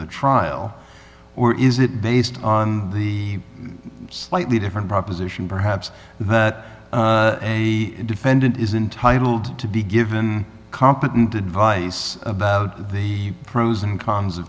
the trial or is it based on the slightly different proposition perhaps that a defendant is entitled to be given competent advice about the pros and cons of